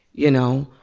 you know?